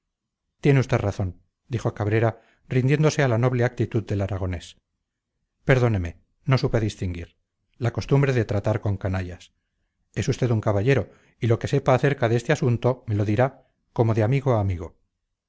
tiene usted razón dijo cabrera rindiéndose a la noble actitud del aragonés perdóneme no supe distinguir la costumbre de tratar con canallas es usted un caballero y lo que sepa acerca de este asunto me lo dirá como de amigo a amigo